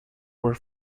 were